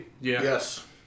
Yes